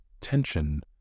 tension